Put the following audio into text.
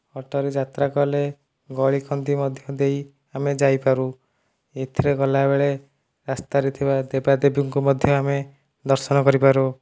ଅଟୋରେ ଯାତ୍ରା କଲେ ଗଳି କନ୍ଦି ମଧ୍ୟ ଦେଇ ଆମେ ଯାଇପାରୁ ଏଥିରେ ଗଲାବେଳେ ରାସ୍ତାରେ ଥିବା ଦେବାଦେବୀଙ୍କୁ ମଧ୍ୟ ଆମେ ଦର୍ଶନ କରିପାରୁ